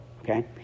okay